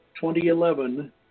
2011